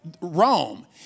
Rome